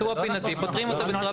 אירוע פינתי, פותרים אותו בצורה פינתית.